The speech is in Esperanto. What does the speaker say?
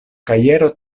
kajero